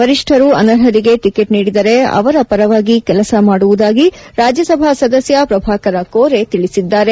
ವರಿಷ್ಠರು ಅನರ್ಹರಿಗೆ ಟಿಕೆಟ್ ನೀಡಿದರೆ ಅವರ ಪರವಾಗಿ ಕೆಲಸ ಮಾಡುವುದಾಗಿ ರಾಜ್ಯಸಭಾ ಸದಸ್ಯ ಪ್ರಭಾಕರ ಕೋರೆ ತಿಳಿಸಿದ್ದಾರೆ